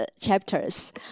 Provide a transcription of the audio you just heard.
chapters